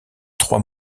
trois